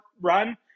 run